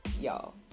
y'all